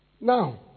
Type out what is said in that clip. Now